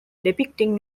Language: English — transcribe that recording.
depicting